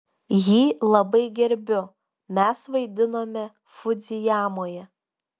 jį labai gerbiu mes vaidinome fudzijamoje